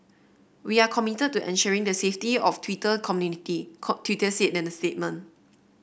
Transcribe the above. we are committed to ensuring the safety of Twitter community Twitter said in the statement